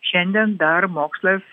šiandien dar mokslas